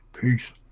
Peace